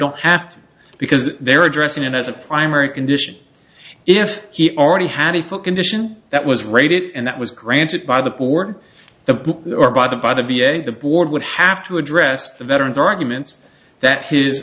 don't have to because they're addressing it as a primary condition if he already had if a condition that was raided and that was granted by the board or the book or by the by the v a the board would have to address the veterans arguments that his